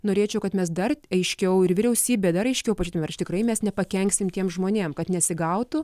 norėčiau kad mes dar aiškiau ir vyriausybė dar aiškiau pažiūrėtume ar aš tikrai mes nepakenksim tiem žmonėm kad nesigautų